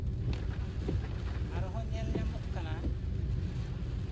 ᱟᱨᱦᱚᱸ ᱧᱮᱞ ᱧᱟᱢᱚᱜ ᱠᱟᱱᱟ